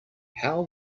how